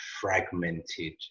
fragmented